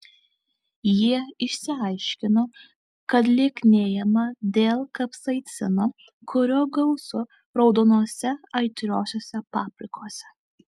jie išsiaiškino kad lieknėjama dėl kapsaicino kurio gausu raudonose aitriosiose paprikose